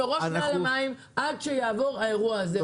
הראש מעל המים עד שיעבור האירוע הזה.